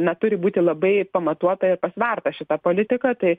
na turi būti labai pamatuota ir pasverta šita politika tai